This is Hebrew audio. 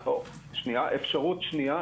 אפשרות שנייה,